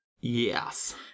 yes